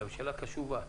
והממשלה קשובה.